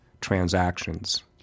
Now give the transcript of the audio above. transactions